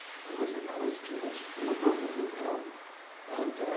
who was a fellow student. they were both at mcgill and